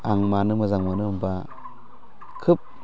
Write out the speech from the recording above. आं मानो मोजां मोनो होमब्ला खोब